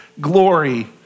glory